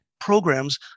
programs